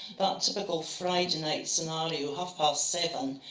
typical friday night scenario, half past seven,